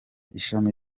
ishami